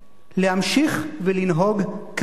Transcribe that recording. להמשיך ולנהוג כך.